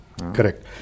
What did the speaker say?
Correct